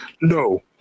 No